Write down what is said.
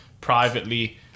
Privately